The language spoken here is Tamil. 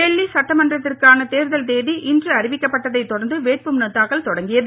டெல்லி சட்டமன்றத்திற்கான தேர்தல் தேதி இன்று அறிவிக்கப்பட்டதைத் தொடர்ந்து வேட்புமனு தாக்கல் தொடங்கியது